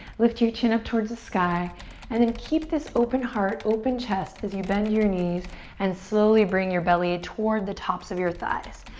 lift your chin up towards the sky and then keep this open heart, open chest as you bend your knees and slowly bring your belly towards the tops of your thighs.